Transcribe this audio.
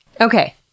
Okay